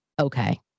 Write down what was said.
okay